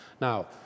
Now